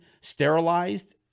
sterilized